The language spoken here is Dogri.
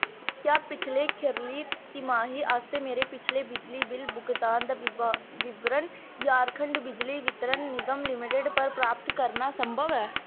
क्या पिछले खीरली तिमाही आस्तै मेरे पिछले बिजली बिल भुगतान दा विवरण झारखंड बिजली वितरण निगम लिमिटड पर प्राप्त करना संभव ऐ